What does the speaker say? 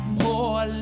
more